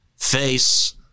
Face